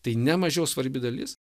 tai ne mažiau svarbi dalis